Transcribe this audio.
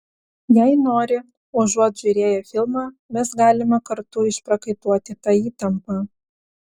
jei nori užuot žiūrėję filmą mes galime kartu išprakaituoti tą įtampą